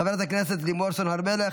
חברת הכנסת לימור סון הר מלך,